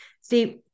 See